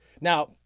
Now